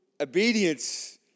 Obedience